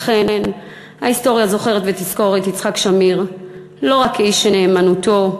ואכן ההיסטוריה זוכרת ותזכור את יצחק שמיר לא רק כאיש שנאמנותו,